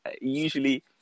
usually